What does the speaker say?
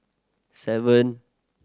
seven